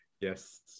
Yes